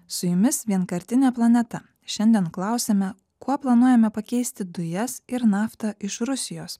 su jumis vienkartinė planeta šiandien klausiame kuo planuojame pakeisti dujas ir naftą iš rusijos